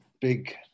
big